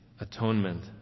atonement